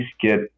get